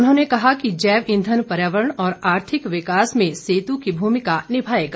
उन्होंने कहा जैव ईंधन पर्यावरण और आर्थिक विकास में सेतु की भूमिका निभायेगा